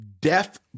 Death